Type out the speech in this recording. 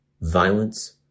violence